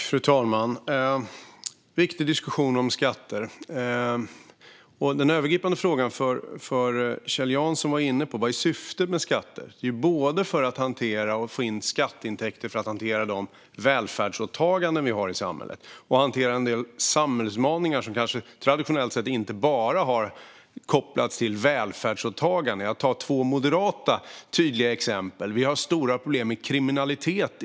Fru talman! Diskussionen om skatter är viktig, och Kjell Jansson var inne på den övergripande frågan: Vad är syftet med skatter? Det handlar om att få in skatteintäkter för att hantera de välfärdsåtaganden vi har i samhället och att hantera en del samhällsutmaningar som traditionellt inte enbart kopplats till välfärden. Låt mig ta två tydliga moderata exempel. Sverige har stora problem med kriminalitet.